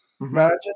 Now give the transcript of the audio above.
Imagine